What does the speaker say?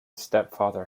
stepfather